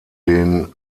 den